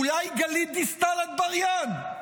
אולי גלית דיסטל אטבריאן,